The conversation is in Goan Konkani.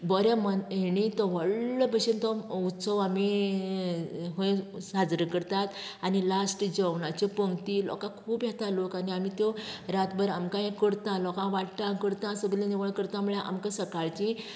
बऱ्या मन हेणी तो व्हडलो बशेन तो उत्सव आमी खंय साजरो करतात आनी लास्ट जेवणाच्यो पंगती लोकांक खूब येता लोक आनी आमी त्यो रातभर आमकांय करता लोकांक वाडटा करता सगळें निवळ करता म्हळ्यार आमकां सकाळचीं